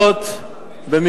כן.